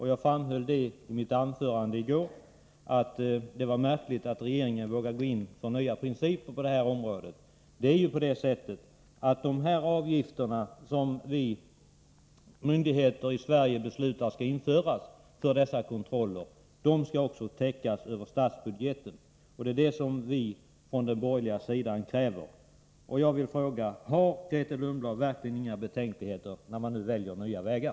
I mitt anförande i går framhöll jag att det var märkligt att regeringen vågar gå in för nya principer på det här området. Det är ju på det sättet att när svenska myndigheter fattar beslut om att avgifter skall införas för sådana här kontroller, så skall kostnaderna täckas över statsbudgeten. Det är det som vi från den borgerliga sidan kräver. Har Grethe Lundblad verkligen inga betänkligheter mot att nu välja nya vägar?